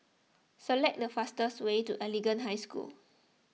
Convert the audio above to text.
select the fastest way to Anglican High School